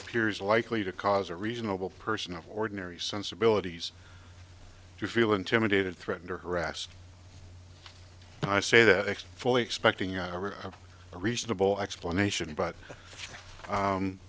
appears likely to cause a reasonable person of ordinary sensibilities to feel intimidated threatened or harassed and i say that it's fully expecting a reasonable explanation but